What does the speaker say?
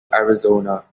arizona